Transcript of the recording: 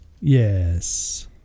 Yes